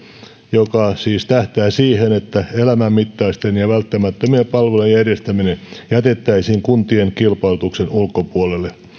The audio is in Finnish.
joka siis tähtää siihen että elämänmittaisten ja välttämättömien palvelujen järjestäminen jätettäisiin kuntien kilpailutuksen ulkopuolelle